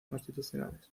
constitucionales